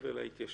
מעבר להתיישנות.